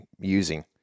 using